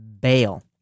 bail